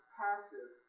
passive